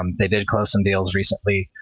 um they did close some deals recently.